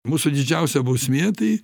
mūsų didžiausia bausmė tai